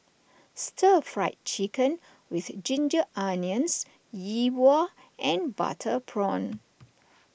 Stir Fried Chicken with Ginger Onions Yi Bua and Butter Prawn